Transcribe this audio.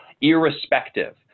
irrespective